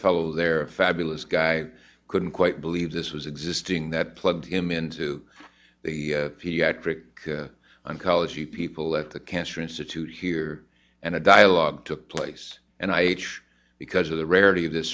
fellow there a fabulous guy couldn't quite believe this was existing that plugged him into the pediatric oncology people at the cancer institute here and a dialogue took place and i each because of the rarity